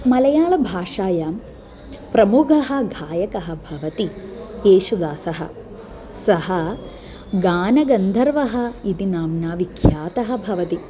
मलयालभाषायां प्रमुखः गायकः भवति एसुदासः सः गानगन्धर्वः इति नाम्ना विख्यातः भवति